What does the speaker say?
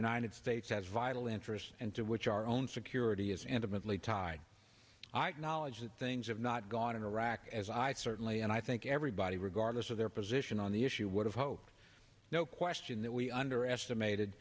united states has vital interests and to which our own security is an immensely tied i've knowledge that things have not gone in iraq as i certainly and i think everybody regardless of their position on the issue would have hoped no question that we underestimated